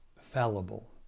fallible